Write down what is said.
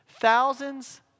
Thousands